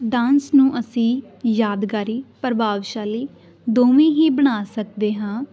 dance ਨੂੰ ਅਸੀਂ ਯਾਦਗਾਰੀ ਪ੍ਰਭਾਵਸ਼ਾਲੀ ਦੋਵੇਂ ਹੀ ਬਣਾ ਸਕਦੇ ਹਾਂ